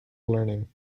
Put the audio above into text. learning